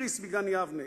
איריס מגן-יבנה,